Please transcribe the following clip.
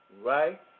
right